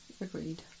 agreed